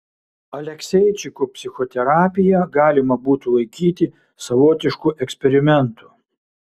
alekseičiko psichoterapiją galima būtų laikyti savotišku eksperimentu